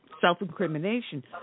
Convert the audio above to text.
self-incrimination